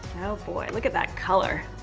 oh boy, look at that color.